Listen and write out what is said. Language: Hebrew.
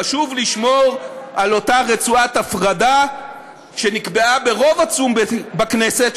חשוב לשמור על אותה רצועת הפרדה שנקבעה ברוב עצום בכנסת,